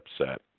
upset